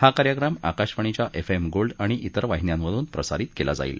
हा कार्यक्रम आकाशवाणीच्या एफ एम गोल्ड आणि तिर वाहिन्यांमधून प्रसारित केलं जाईल